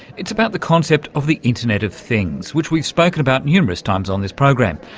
it's about the concept of the internet of things which we've spoken about numerous times on this program.